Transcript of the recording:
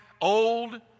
old